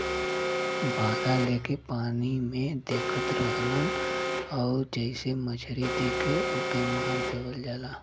भाला लेके पानी में देखत रहलन आउर जइसे मछरी दिखे ओके मार देवल जाला